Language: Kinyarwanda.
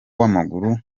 w’amaguru